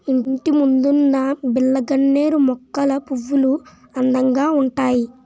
ఇంటిముందున్న బిల్లగన్నేరు మొక్కల పువ్వులు అందంగా ఉంతాయి